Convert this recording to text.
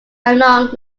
along